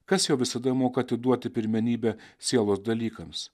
kas jo visada moka atiduoti pirmenybę sielos dalykams